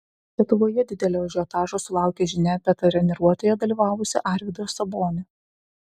lietuvoje didelio ažiotažo sulaukė žinia apie treniruotėje dalyvavusį arvydą sabonį